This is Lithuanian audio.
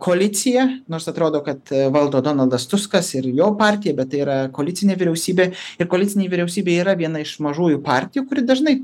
koalicija nors atrodo kad valdo donaldas tuskas ir jo partija bet tai yra koalicinė vyriausybė ir koalicinėj vyriausybėj yra viena iš mažųjų partijų kuri dažnai